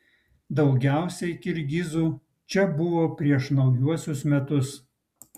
daugiausiai kirgizių čia buvo prieš naujuosius metus